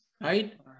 right